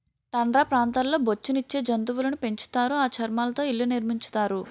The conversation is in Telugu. టండ్రా ప్రాంతాల్లో బొఉచ్చు నిచ్చే జంతువులును పెంచుతారు ఆ చర్మాలతో ఇళ్లు నిర్మించుతారు